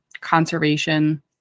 conservation